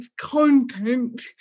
content